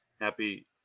happy